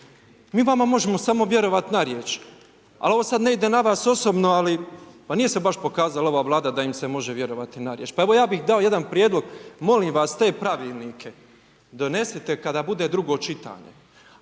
Mi vama možemo samo vjerovati na riječ. Ali ovo sada ne ide na vas osobno ali pa nije se baš pokazala ova Vlada da im se može vjerovati na riječ. Pa evo ja bih dao jedan prijedlog, molim vas t pravilnike donesite kada bude drugo čitanje